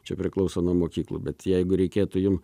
čia priklauso nuo mokyklų bet jeigu reikėtų jum